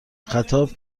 خطاب